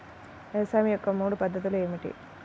వ్యవసాయం యొక్క మూడు పద్ధతులు ఏమిటి?